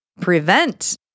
prevent